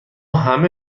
همه